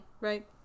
Right